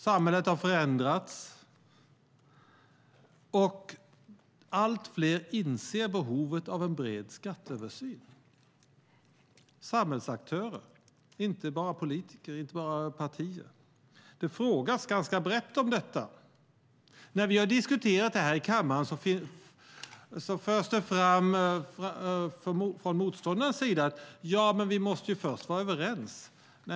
Samhället har förändrats, och allt fler samhällsaktörer inser behovet av en bred skatteöversyn, inte bara politiker, inte bara partier. Det frågas ganska brett om detta. När vi har diskuterat det här i kammaren har det förts fram från motståndarens sida att vi först måste vara överens.